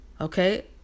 Okay